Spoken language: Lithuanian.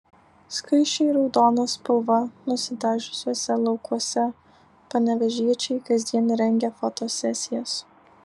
skaisčiai raudona spalva nusidažiusiuose laukuose panevėžiečiai kasdien rengia fotosesijas